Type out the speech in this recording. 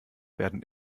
werden